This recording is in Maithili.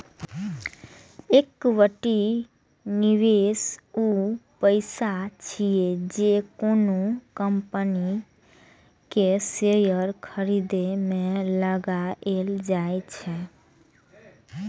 इक्विटी निवेश ऊ पैसा छियै, जे कोनो कंपनी के शेयर खरीदे मे लगाएल जाइ छै